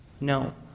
No